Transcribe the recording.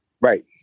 right